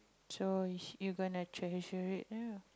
so is you gonna treasure it ya